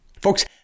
Folks